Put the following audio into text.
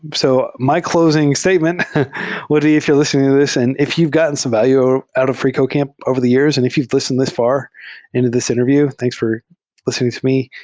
so my clos ing statement would be if you're lis tening to this and if you've gotten some value out of freecodecamp over the years and if you've lis tened this far into this interview, thanks for lis tening to me,